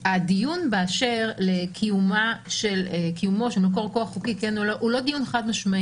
הדיון באשר לקיומו של מקור כוח חוקי או לא הוא לא דיון חד-משמעי.